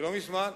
ולא מזמן,